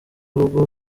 rugo